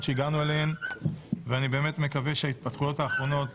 שהגענו אליהן ואני מקווה שההתפתחויות האחרונות